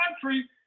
country